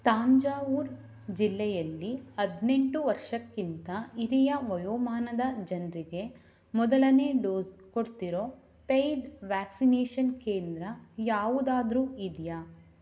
ತಾಂಜಾವೂರ್ ಜಿಲ್ಲೆಯಲ್ಲಿ ಹದಿನೆಂಟು ವರ್ಷಕ್ಕಿಂತ ಹಿರಿಯ ವಯೋಮಾನದ ಜನರಿಗೆ ಮೊದಲನೇ ಡೋಸ್ ಕೊಡ್ತಿರೋ ಪೇಯ್ಡ್ ವ್ಯಾಕ್ಸಿನೇಷನ್ ಕೇಂದ್ರ ಯಾವುದಾದರು ಇದೆಯಾ